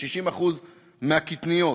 60% מהקטניות,